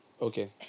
Okay